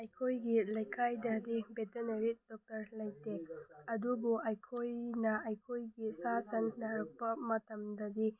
ꯑꯩꯈꯣꯏꯒꯤ ꯂꯩꯀꯥꯏꯗꯗꯤ veterinary doctor ꯂꯩꯇꯦ ꯑꯗꯨꯕꯨ ꯑꯩꯈꯣꯏꯅ ꯑꯩꯈꯣꯏꯒꯤ ꯁꯥ ꯁꯟ ꯅꯥꯔꯛꯄ ꯃꯇꯝꯗꯗꯤ